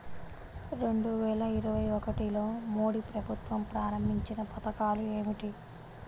రెండు వేల ఇరవై ఒకటిలో మోడీ ప్రభుత్వం ప్రారంభించిన పథకాలు ఏమిటీ?